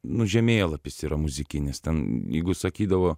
nu žemėlapis yra muzikinis ten jeigu sakydavo